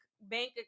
bank